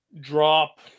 drop